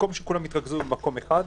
במקום שכולם יתרכזו במקום אחד,